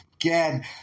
again